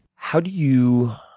how do you